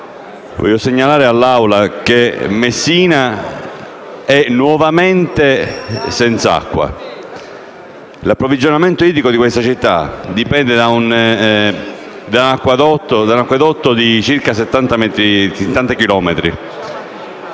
vorrei segnalare all'Aula che Messina è nuovamente senza acqua. L'approvvigionamento di questa città dipende da un acquedotto di circa 70 chilometri.